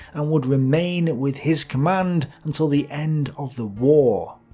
and would remain with his command until the end of the war.